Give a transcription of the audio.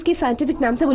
scientific names. i mean